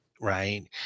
right